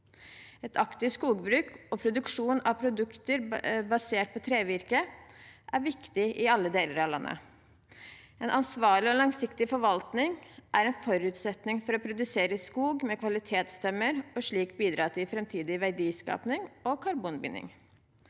Et aktivt skogbruk og produksjon av produkter basert på trevirke er viktig i alle deler av landet. En ansvarlig og langsiktig forvaltning er en forutsetning for å produsere skog med kvalitetstømmer og slik bidra til framtidig verdiskaping og karbonbinding.